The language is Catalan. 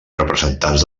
representants